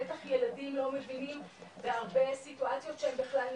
בטח ילדים לא מבינים והרבה סיטואציות שהם בכלל נפגעו,